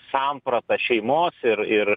sampratą šeimos ir ir